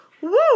Woo